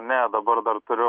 ne dabar dar turiu